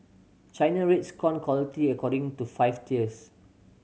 China rates corn quality according to five tiers